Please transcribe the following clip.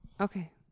Okay